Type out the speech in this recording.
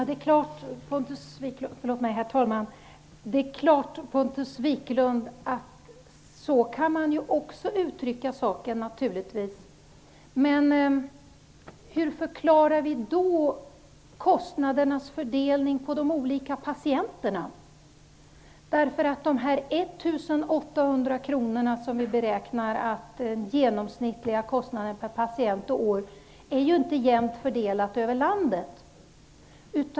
Herr talman! Det är klart -- så kan man naturligtvis också uttrycka saken, Pontus Wiklund. Men hur förklarar vi då kostnadernas fördelning på de olika patienterna? Den genomsnittliga kostnaden per patient och år beräknar vi vara 1 800 kr, men det är inte jämnt fördelat över landet.